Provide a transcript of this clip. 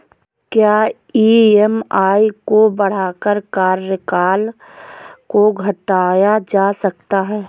क्या ई.एम.आई को बढ़ाकर कार्यकाल को घटाया जा सकता है?